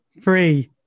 three